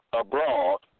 abroad